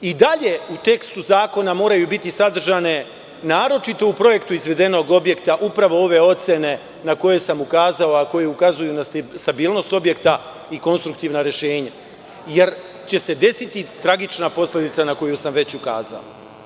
I dalje u tekstu zakona moraju biti sadržane, naročito u projektu izvedenog objekta, upravo ove ocene na koje sam ukazao, a koje ukazuju na stabilnost objekta i konstruktivna rešenja, jer će se desiti tragična posledica na koju sam već ukazao.